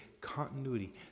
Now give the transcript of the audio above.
continuity